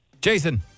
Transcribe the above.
Jason